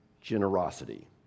generosity